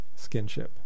skinship